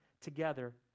together